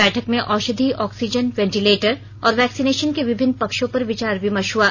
बैठक में औषधि ऑक्सीजन वेंटीलेटर और वैक्सीनेशन के विभिन्न पक्षो पर विचार विमर्श हुआ